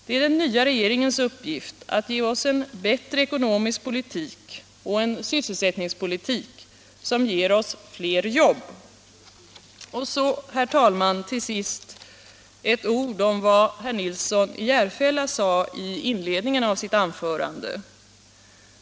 Det är den nya regeringens uppgift att ge oss en bättre ekonomisk politik och en sysselsättningspolitik som ger oss fler jobb. Så till sist, herr talman, några ord om vad herr Nilsson i Järfälla sade i inledningen till sitt anförande.